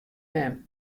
mem